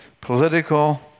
political